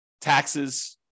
taxes